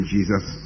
Jesus